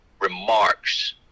remarks